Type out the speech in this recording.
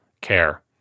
care